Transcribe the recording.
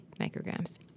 micrograms